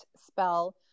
spell